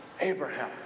Abraham